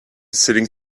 sitting